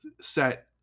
set